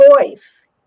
voice